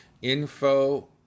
info